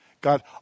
God